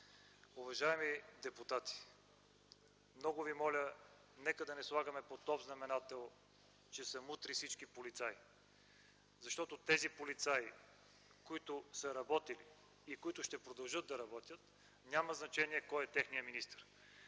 Уважаеми депутати! Много Ви моля, нека не слагаме под общ знаменател, че са мутри всички полицаи, защото полицаите, които са работили и ще продължат да работят, няма значение кой е техният министър.